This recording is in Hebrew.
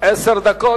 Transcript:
עשר דקות.